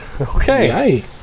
Okay